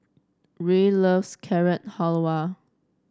Ruie loves Carrot Halwa